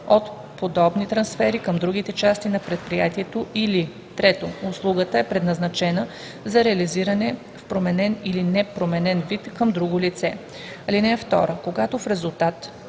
от подобни трансфери към другите части на предприятието, или 3. услугата е предназначена за реализиране в променен или непроменен вид към друго лице. (2) Когато в резултат